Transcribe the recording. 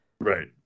Right